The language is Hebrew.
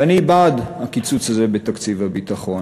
ואני בעד הקיצוץ הזה בתקציב הביטחון.